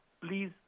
please